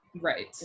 Right